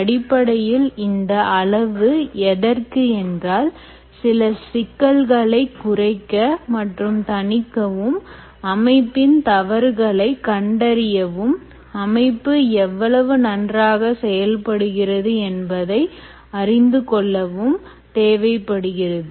அடிப்படையில் இந்த அளவு எதற்கு என்றால் சில சிக்கல்களை குறைக்க மற்றும் தணிக்கவும் அமைப்பின் தவறுகளைக் கண்டறியவும் அமைப்பு எவ்வளவு நன்றாக செயல்படுகிறது என்பதை அறிந்துகொள்ளவும் தேவைப்படுகிறது